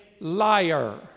liar